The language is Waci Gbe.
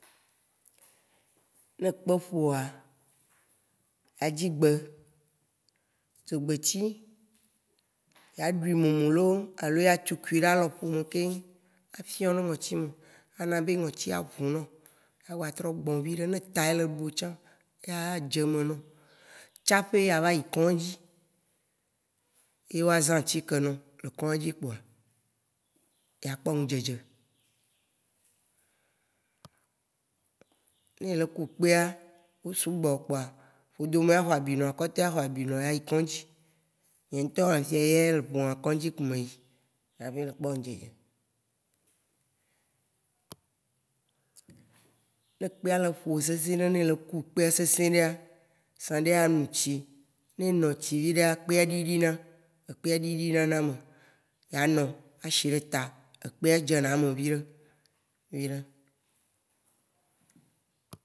Né ékpé ƒo woa, a dzi gbé, dzogbétsi. A ɖui mumu lo, alo a tsukui ɖo alɔƒome kéŋ, a fiɔ̃ ɖé Ŋɔtsi me. A na bé ŋɔtsi a ʋu nɔ̃. A gba trɔ gbɔ̃ viɖé. Né ta yé lé ɖu wo tsã, a dzé mé nɔ̃, TsaĎ a va yi kɔ̃dzi. Yé wa zã atshiké nɔ̃ lé kɔ̃dzi kpoa, yea kpɔ N'dzédzé. Né ele ku kpéa, ku sugbɔ kpoa, ƒodomɛ a xɔ abinɔ, akɔta a xɔ abi nɔ, ayi kɔ̃dzi. Nye ŋ'tɔ, éƒiɛ yea, kɔ̃dzi kpo mé yi xaĎ kpɔ ŋ'dzédzé. Né kpéa lé ƒowo séséɖé yé élé ku kpĩ séséɖéa, zãɖé a nu tsi, né éno tsi vidéa, ékpéa ɖiɖina, ékpéa ɖiɖina na ame. Ya no, a shi ɖe ta, ékpéa dzéna eme viɖé. Yé ma